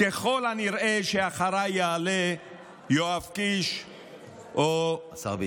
ככל הנראה אחריי יעלה יואב קיש או, השר ביטון.